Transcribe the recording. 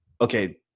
okay